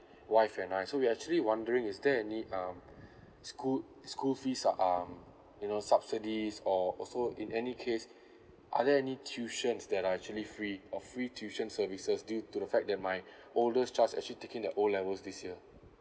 wife and I so we actually wondering is there any um school school fees or um you know subsidies or also in any case are there any tuitions that are actually free or free tuition services due to the fact that my oldest child is actually taking their O level this year